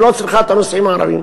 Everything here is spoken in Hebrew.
היא לא צריכה את הנוסעים הערבים.